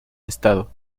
estado